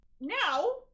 Now